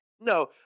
No